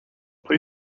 play